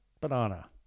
banana